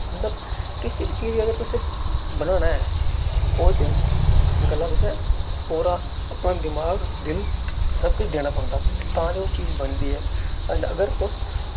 मतलब कु'सै बी चीज़ गी अगर तु'सें बनाना ऐ ओह्दे गल्ला तु'सें पूरा अपना दमाग दिल सब किश देना पौंदा तां जे ओह् चीज़ बनदी ऐ अगर तुस